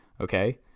okay